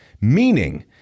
Meaning